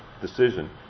decision